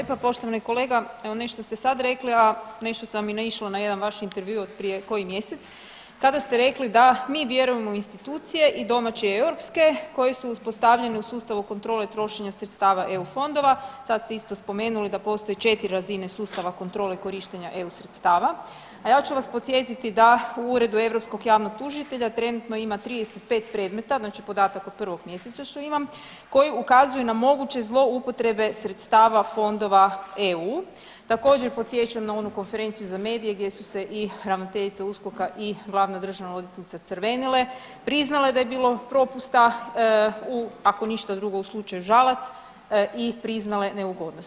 Hvala lijepa poštovani kolega, evo nešto ste sad rekli, a nešto sam i naišla na jedan vaš intervju od prije koji mjesec, kada ste rekli da mi vjerujemo u institucije i domaće i europske koje su uspostavljenje u sustavu kontrole trošenja sredstava EU fondova, sad ste isto spomenuli da postoje 4 razine sustava kontrole korištenje EU sredstava, a ja ću vas podsjetiti da u redu europskog javnog tužitelja trenutno ima 35 predmeta, znači podatak od 1 mjeseca što imam, koji ukazuje na moguće zloupotrebe sredstava fondova EU, također podsjećam na onu konferenciju za medije gdje su se i ravnateljica USKOKA i glavna državna odvjetnica crvenile, priznale da je bilo propusta, ako ništa drugo u slučaju Žalac, i priznale neugodnost.